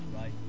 Right